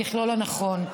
במכלול הנכון,